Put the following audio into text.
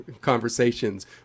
conversations